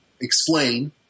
explain